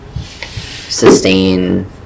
sustain